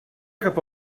cap